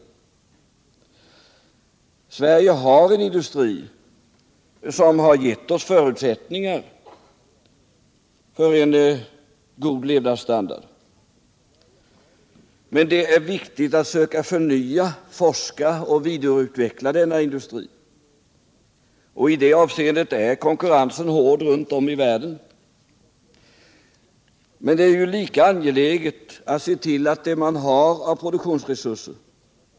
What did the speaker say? Sverige har en industri som har givit oss förutsättningar för en god levnadsstandard, men det är viktigt att söka förnya den, forska och vidareutveckla industrin, och i det avseendet är konkurrensen hård runt om i världen. Det är emellertid lika angeläget att se till att man vårdar sig om det man har av produktionsresurser.